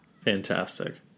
fantastic